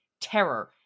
terror